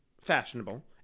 fashionable